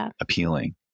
appealing